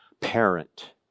parent